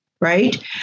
right